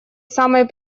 самой